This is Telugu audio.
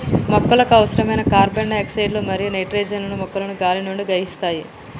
మొక్కలకు అవసరమైన కార్బన్ డై ఆక్సైడ్ మరియు నైట్రోజన్ ను మొక్కలు గాలి నుండి గ్రహిస్తాయి